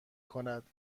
کند